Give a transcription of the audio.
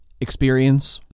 experience